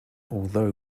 although